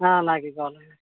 నాకే కావాలి